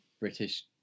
British